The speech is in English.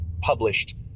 published